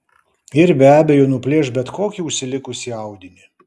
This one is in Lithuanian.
ir be abejo nuplėš bet kokį užsilikusį audinį